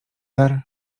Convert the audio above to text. dar